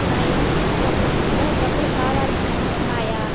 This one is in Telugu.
నా ఎంస్వైప్ అకౌంటులో డబ్బులు కావలసినన్ని ఉన్నాయా